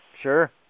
sure